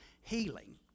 healing